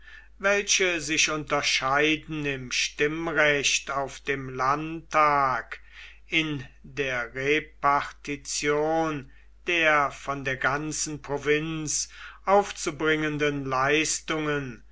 welche sich unterscheiden im stimmrecht auf dem landtag in der repartition der von der ganzen provinz aufzubringenden leistungen